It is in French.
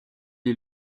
est